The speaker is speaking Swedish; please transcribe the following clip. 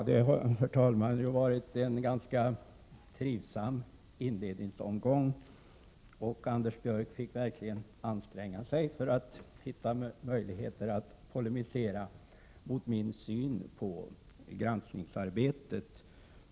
Herr talman! Det har ju varit en ganska trivsam inledningsomgång, och Anders Björck fick verkligen anstränga sig för att hitta möjligheter att polemisera mot min syn på granskningsarbetet.